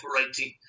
operating